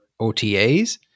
OTAs